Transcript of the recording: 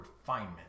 refinement